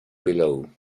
below